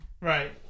Right